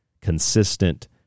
consistent